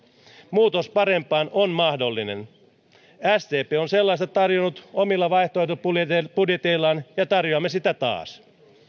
muutos parempaan on mahdollinen sdp on sellaista tarjonnut omilla vaihtoehtobudjeteillaan ja tarjoamme sitä taas